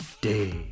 day